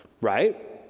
right